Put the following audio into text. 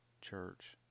church